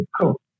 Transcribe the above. Cool